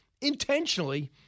intentionally